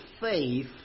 faith